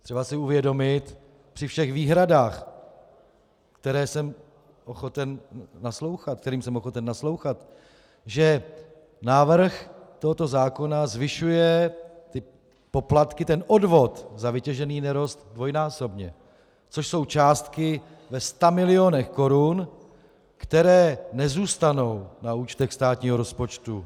Je třeba si uvědomit při všech výhradách, kterým jsem ochoten naslouchat, že návrh tohoto zákona zvyšuje poplatky, ten odvod za vytěžený nerost, dvojnásobně, což jsou částky ve stamilionech korun, které nezůstanou na účtech státního rozpočtu.